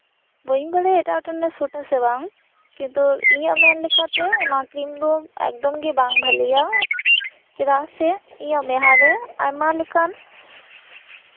ᱵᱟᱹᱧ ᱵᱟᱲᱟᱭᱟ ᱮᱴᱟᱜ ᱦᱚᱲ ᱴᱷᱮᱱᱮ ᱥᱩᱴᱟ ᱥᱮ ᱵᱟᱝ ᱠᱤᱱᱛᱩ ᱤᱧᱟᱹᱜ ᱢᱮᱱ ᱞᱮᱠᱟᱛᱮ ᱚᱱᱟ ᱠᱨᱤᱢ ᱫᱚ ᱮᱠᱫᱚᱢ ᱜᱮ ᱵᱟᱝ ᱵᱷᱟᱹᱞᱤᱭᱟ ᱪᱮᱫᱟᱜ ᱥᱮ ᱤᱧᱟᱹᱜ ᱢᱮᱫᱦᱟ ᱨᱮ ᱟᱭᱢᱟ ᱞᱮᱠᱟᱱ